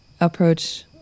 approach